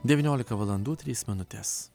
devyniolika valandų trys minutės